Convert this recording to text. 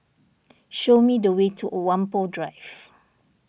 show me the way to Whampoa Drive